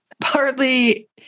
Partly